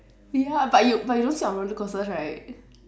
ya but you but you don't sit on roller coasters right